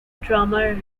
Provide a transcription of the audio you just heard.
drummer